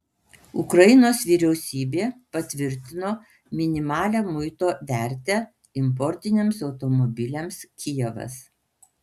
ukrainos vyriausybė patvirtino minimalią muito vertę importiniams automobiliams kijevas